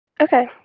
Okay